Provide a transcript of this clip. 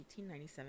1897